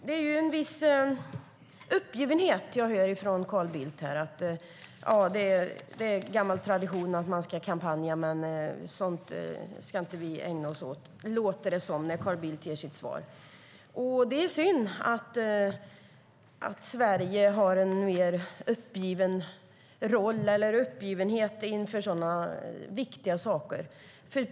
Det är en viss uppgivenhet jag hör från Carl Bildt. Det är en gammal tradition att man ska kampanja, men sådant ska vi inte ägna oss åt, låter det som när Carl Bildt ger sitt svar. Det är synd att Sverige har en uppgivenhet inför så viktiga frågor.